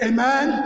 Amen